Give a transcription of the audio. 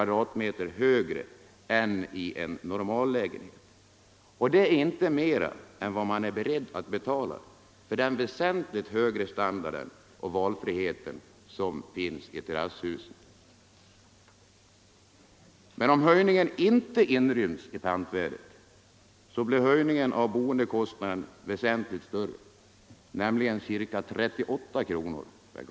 högre m.m. än i en normallägenhet, och detta är inte mera än vad man är beredd att betala för den väsentligt högre standarden och valfriheten i terrasshusen. Men om höjningen inte inryms i pantvärdet, blir höjningen av boendekostnaden väsentligt större, nämligen ca 38 kronor per m”.